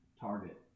target